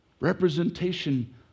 Representation